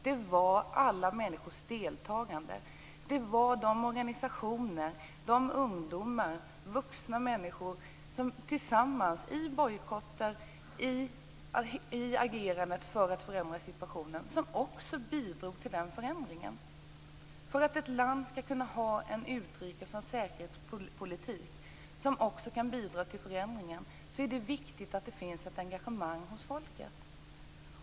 Det var alla människors - ungdomars och vuxnas - deltagande och alla organisationer som tillsammans genom bojkotter och genom agerandet för en förbättrad situation som också bidrog till förändringen. För att ett land skall kunna ha en utrikes och säkerhetspolitik som kan bidra till förändringar är det viktigt att det finns ett engagemang hos folket.